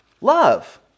Love